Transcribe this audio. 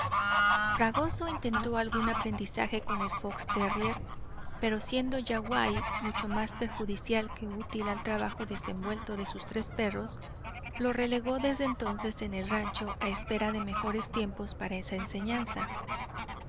fragoso intentó algún aprendizaje con el fox terrier pero siendo yaguaí mucho más perjudicial que útil al trabajo desenvuelto de sus tres perros lo relegó desde entonces en el rancho a espera de mejores tiempos para esa enseñanza